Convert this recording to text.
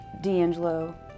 D'Angelo